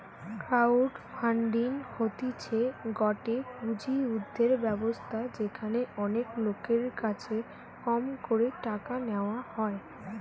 crowd funding হতিছে গটে পুঁজি উর্ধের ব্যবস্থা যেখানে অনেক লোকের কাছে কম করে টাকা নেওয়া হয়